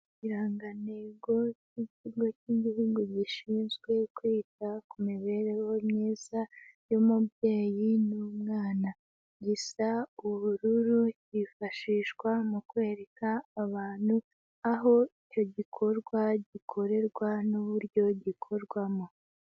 Ikirangantego cy'ikigo cy'Igihungu gishinzwe kwita ku mibereho myiza y'umubyeyi n'umwana. Gisa ubururu hifashishwa mu kwereka abantu aho icyo gikorwa gikorerwa n'uburyo gikorwamo.